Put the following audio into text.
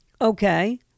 Okay